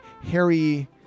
Harry